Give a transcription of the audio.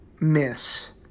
miss